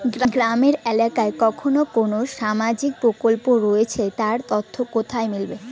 গ্রামের এলাকায় কখন কোন সামাজিক প্রকল্প রয়েছে তার তথ্য কোথায় মিলবে?